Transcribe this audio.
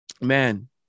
man